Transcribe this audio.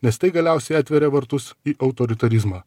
nes tai galiausiai atveria vartus į autoritarizmą